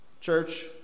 Church